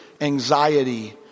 anxiety